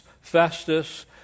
Festus